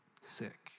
sick